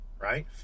right